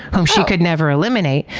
whom she could never eliminate.